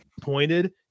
pointed